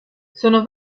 sono